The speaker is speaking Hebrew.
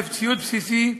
ציוד בסיסי,